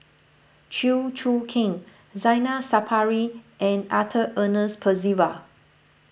Chew Choo Keng Zainal Sapari and Arthur Ernest Percival